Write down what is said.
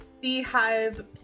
beehive